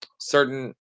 certain